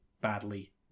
badly